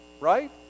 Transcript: Right